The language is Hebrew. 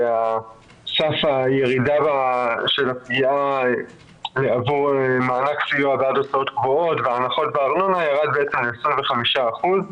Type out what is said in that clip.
וסף הירידה של הפגיעה עבור מענק סיוע- -- והנחות בארנונה ירד ל-25%.